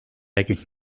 räägib